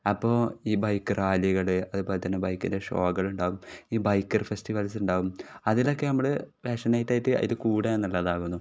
അപ്പോൾ ഈ ബൈക്ക് റാലികൾ അതുപോലെ തന്നെ ബൈക്കിൻ്റെ ഷോകൾ ഉണ്ടാകും ഈ ബൈക്കർ ഫെസ്റ്റിവൽസ് ഉണ്ടാകും അതിലൊക്കെ നമ്മൾ പാഷനേറ്റ് ഇതിആയിട്ട് കൂടുക എന്നുള്ളതാണ്